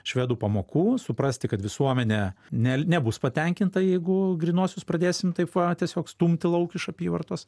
švedų pamokų suprasti kad visuomenė ne nebus patenkinta jeigu grynuosius pradėsim taip va tiesiog stumti lauk iš apyvartos